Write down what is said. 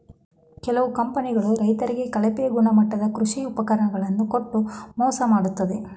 ಕೆಲವು ಕಂಪನಿಗಳು ರೈತರಿಗೆ ಕಳಪೆ ಗುಣಮಟ್ಟದ ಕೃಷಿ ಉಪಕರಣ ಗಳನ್ನು ಕೊಟ್ಟು ಮೋಸ ಮಾಡತ್ತದೆ